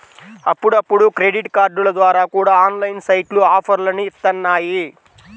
అప్పుడప్పుడు క్రెడిట్ కార్డుల ద్వారా కూడా ఆన్లైన్ సైట్లు ఆఫర్లని ఇత్తన్నాయి